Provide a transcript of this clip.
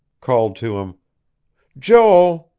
called to him joel.